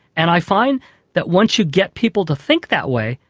and i find that once you get people to think that way,